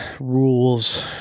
rules